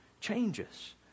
changes